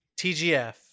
TGF